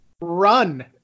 run